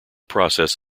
process